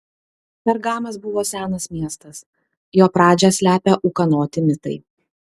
pergamas buvo senas miestas jo pradžią slepia ūkanoti mitai